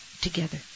together